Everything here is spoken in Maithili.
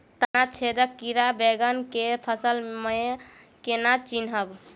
तना छेदक कीड़ा बैंगन केँ फसल म केना चिनहब?